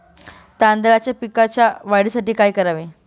तांदळाच्या पिकाच्या वाढीसाठी काय करावे?